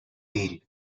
deal